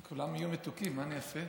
אז כולם יהיו מתוקים, מה אני אעשה?